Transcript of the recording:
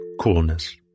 coolness